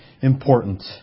important